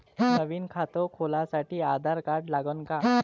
नवीन खात खोलासाठी आधार कार्ड लागन का?